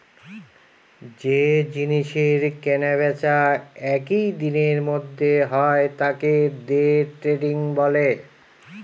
যে জিনিসের কেনা বেচা একই দিনের মধ্যে হয় তাকে দে ট্রেডিং বলে